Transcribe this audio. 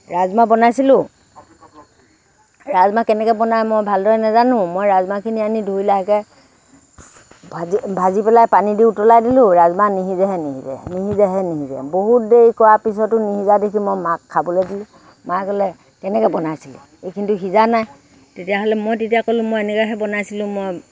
ৰাজমাহ বনাইছিলোঁ ৰাজমাহ কেনেকৈ বনাই মই ভালদৰে নেজানো মই ৰাজমাহখিনি আনি ধুই লাহকৈ ভাজি ভাজি পেলাই পানী দি উতলাই দিলোঁ ৰাজমাহ নিসিজেহে নিসিজে নিসিজেহে নিসিজে বহুত দেৰি কৰাৰ পিছতো নিসিজা দেখি মই মাক খাবলৈ দিলোঁ মায়ে ক'লে কেনেকৈ বনাইছিলি এইখিনিতো সিজা নাই তেতিয়াহ'লে মই তেতিয়া ক'লো মই এনেকৈহে বনাইছিলোঁ মই